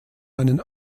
einen